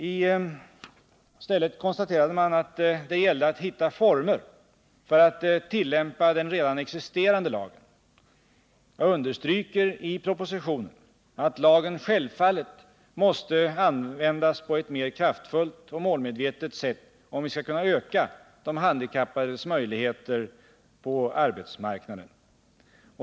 I stället konstaterade man att det gällde att hitta former för att tillämpa den redan existerande lagen. Jag understryker i propositionen att lagen självfallet måste användas på ett mer kraftfullt och målmedvetet sätt, om vi skall kunna öka de handikappades möjligheter på arbetsmarknaden.